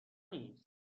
نیست